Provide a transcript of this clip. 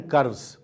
Curves